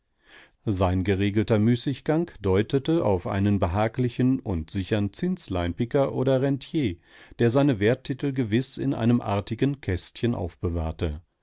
sein geregelter müßiggang deutete auf einen behaglichen und sichern zinsleinpicker oder rentier der seine werttitel gewiß in einem artigen kästchen aufbewahrte